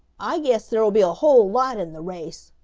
i guess there'll be a whole lot in the race,